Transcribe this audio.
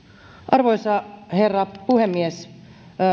arvoisa herra puhemies